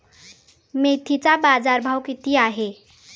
मेथीचा बाजारभाव किती आहे?